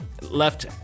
left